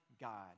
God